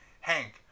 Hank